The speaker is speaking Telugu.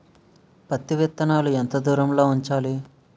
పత్తి విత్తనాలు ఎంత దూరంలో ఉంచాలి?